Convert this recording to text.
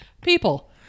People